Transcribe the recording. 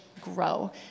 grow